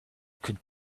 could